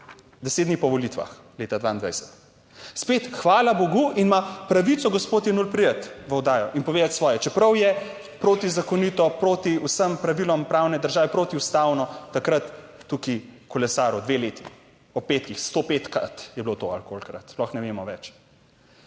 deset dni po volitvah leta 2022. Spet, hvala bogu in ima pravico gospod Jenull priti v oddajo in povedati svoje, čeprav je protizakonito, proti vsem pravilom pravne države, protiustavno, takrat tukaj kolesaril dve leti ob petkih, 105-krat je bilo to ali kolikokrat, sploh ne vemo več.